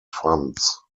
funds